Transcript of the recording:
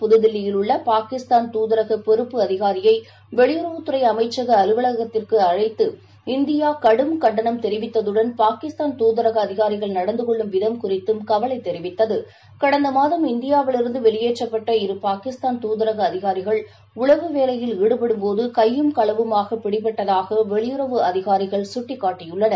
புதுதில்லியிலுள்ளபாகிஸ்தான் அதிகாரியைவெளியுறவுத் இதனையடுத்து தாதரகபொறுப்பு துறைஅமைச்சகஅலுவலகத்திற்குஅழைத்து இந்தியாகடும் கண்டனம் தெரிவித்ததடன் பாகிஸ்தான் தூதரகஅதிகாரிகள் நடந்துகொள்ளும் விதம் குறித்தும் கவலைத் தெரிவித்தத் கடந்தமாதம் இந்தியாவிலிருந்துவெளியேற்றப்பட்ட இரு பாகிஸ்தான் தூதரகஅதிகாரிகள் உளவு வேலையில் ஈடுபடும் போதுகையும் களவுமாகபிடிபட்டதாகவெளியுறவு அதிகாரிகள் சுட்டிக்காட்டினர்